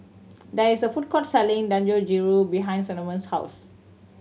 there is a food court selling Dangojiru behind Cinnamon's house